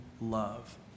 love